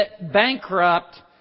bankrupt